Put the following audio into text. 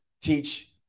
teach